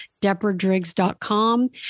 deborahdriggs.com